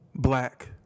Black